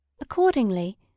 Accordingly